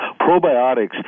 Probiotics